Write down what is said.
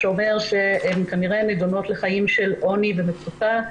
זה אומר שהן כנראה נדונות לחיים של עוני ומצוקה.